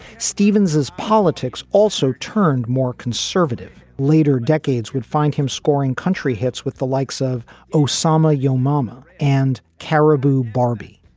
stevens is politics also turned more conservative? later decades would find him scoring country hits with the likes likes of osama yo, mama and cariboo barbie.